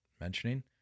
mentioning